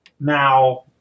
Now